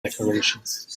decorations